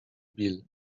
bill